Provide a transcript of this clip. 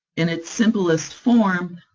in its simplest form,